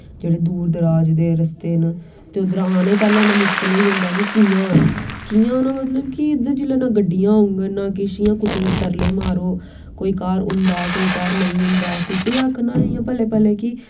जेह्ड़े दूर दराज़ दे रस्ते न ते उध्दरा आना ई पाह्लै इन्ना मुश्कल होई जंदा कि कियां आना कियां आना मतलव कि उध्दर जिसलै ना गड्डियां होंगन ना किश इयां कुसै दे तरले मारो कोई घर होंदा कोई घर नेंई होंदा कुसी आक्खना इन्ने पलै पलै कि